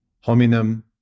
hominem